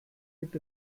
gibt